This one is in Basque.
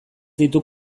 ditu